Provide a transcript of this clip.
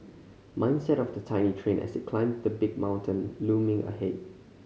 mindset of the tiny train as it climbed the big mountain looming ahead